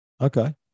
okay